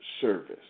service